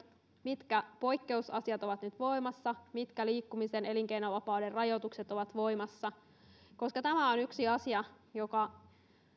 mitkä poikkeusasiat ovat nyt voimassa mitkä liikkumisen ja elinkeinovapauden rajoitukset ovat voimassa tämä on yksi asia josta